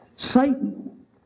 Satan